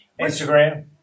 instagram